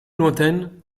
lointaine